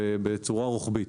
ובצורה רוחבית.